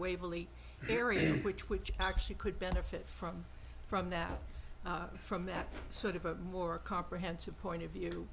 waverly area which which actually could benefit from from that from that sort of a more comprehensive point of view